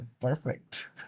Perfect